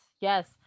Yes